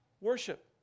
worship